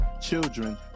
children